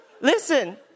listen